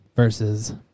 Versus